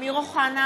אמיר אוחנה,